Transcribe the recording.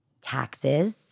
taxes